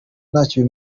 ntacyo